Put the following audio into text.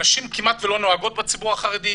נשים כמעט ולא נוהגות בציבור החרדי,